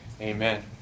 Amen